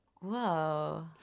Whoa